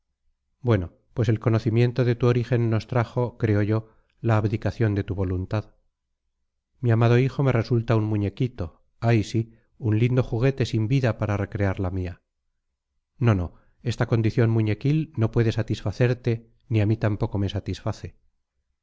bueno pues el conocimiento de tu origen nos trajo creo yo la abdicación de tu voluntad mi amado hijo me resulta un muñequito ay sí un lindo juguete sin vida para recrear la mía no no esta condición muñequil no puede satisfacerte ni a mí tampoco me satisface